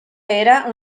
era